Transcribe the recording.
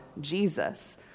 Jesus